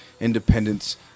independence